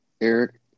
Eric